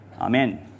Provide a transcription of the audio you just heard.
Amen